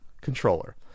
controller